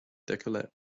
decollete